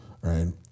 right